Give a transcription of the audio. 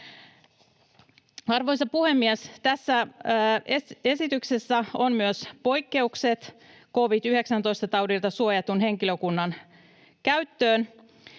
Arvoisa puhemies! Tässä esityksessä on myös poikkeukset covid-19-taudilta suojatun henkilökunnan käyttöön,